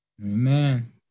Amen